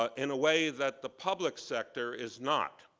ah in a way that the public sector is not.